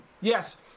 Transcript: Yes